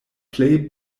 plej